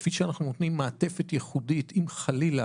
כפי שאנחנו נותנים מעטפת ייחודית אם חלילה